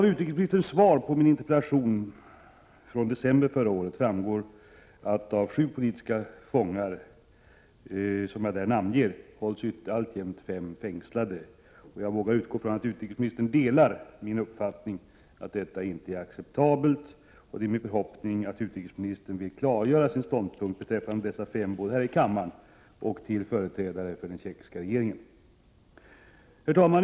Av utrikesministerns svar på min interpellation, vilken framställdes i december förra året, framgår att fem av de sju politiska fångar som jag har namngett alltjämt hålls fängslade. Jag vågar utgå från att utrikesministern delar min uppfattning att detta inte är acceptabelt. Det är min förhoppning att utrikesministern vill klargöra sin ståndpunkt beträffande dessa fem — både här i kammaren och till företrädare för den tjeckoslovakiska regeringen.